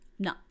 No